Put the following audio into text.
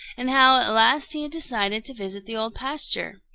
and how at last he had decided to visit the old pasture.